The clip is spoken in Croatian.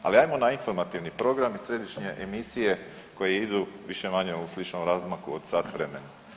Ali ajmo na informativni program i središnje emisije koje idu više-manje u sličnom razmaku od sat vremena.